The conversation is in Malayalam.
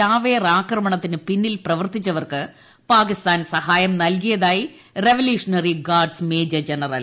ചാവേറാക്രമണത്തിന് പിന്നിൽ പ്രവർത്തിച്ചവർക്ക് പാകിസ്ഥാൻ സഹായം നൽകിയതായി റവല്യൂഷണറി ഗാർഡ്സ് മേജർ ജനറൽ